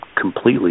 completely